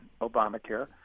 Obamacare